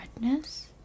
redness